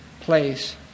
place